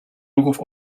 ruchów